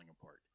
apart